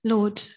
Lord